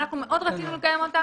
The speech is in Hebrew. אנחנו מאוד רצינו לקיים אותה